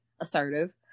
assertive